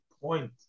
point